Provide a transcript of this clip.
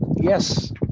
yes